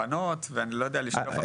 הבחנות ואני לא יודע לשלוף עכשיו אותן.